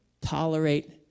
Tolerate